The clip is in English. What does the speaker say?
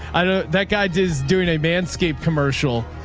i know that guy is doing a manscape commercial.